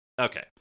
Okay